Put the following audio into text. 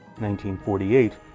1948